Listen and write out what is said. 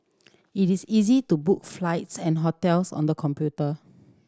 it is easy to book flights and hotels on the computer